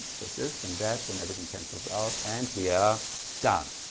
but this and that and everything cancels out and we are done.